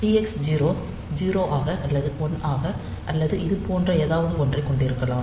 Tx0 0 ஆக அல்லது 1 ஆக அல்லது இது போன்ற ஏதாவது ஒன்றை கொண்டிருக்கலாம்